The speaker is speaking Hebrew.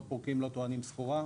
לא פורקים וטועים סחורה,